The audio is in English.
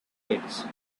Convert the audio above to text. kids